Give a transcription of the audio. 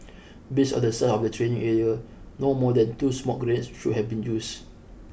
based on the size of the training area no more than two smoke grenades should have been used